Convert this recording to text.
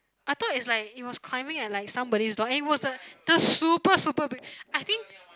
I thought it's like it was climbing at like somebody's door and it was the the super super big I think